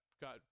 got